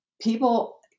people